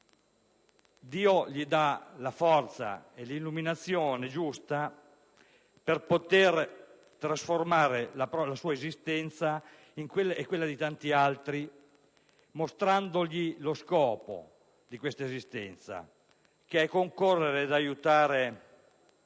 Dio gli dà la forza, l'illuminazione giusta per poter trasformare la sua esistenza e quella di tanti altri mostrandogli lo scopo di questa esistenza, che è concorrere ad attuare le